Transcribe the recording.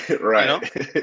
Right